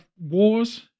wars